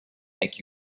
make